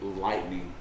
Lightning